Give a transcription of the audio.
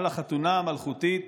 על החתונה המלכותית